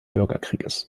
bürgerkriegs